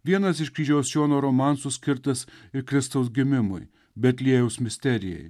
vienas iš kryžiaus jono romansų skirtas ir kristaus gimimui betliejaus misterijai